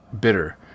bitter